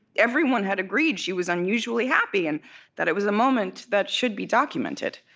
everyone had agreed she was unusually happy and that it was a moment that should be documented